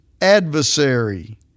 adversary